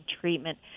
treatment